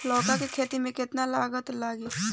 लौका के खेती में केतना लागत लागी?